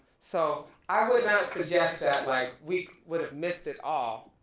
so i would not suggest that like, we would've missed it all,